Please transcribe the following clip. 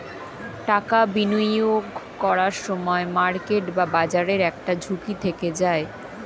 টাকা বিনিয়োগ করার সময় মার্কেট বা বাজারের একটা ঝুঁকি থেকে যায়